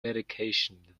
medication